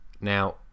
now